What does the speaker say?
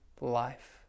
life